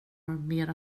mer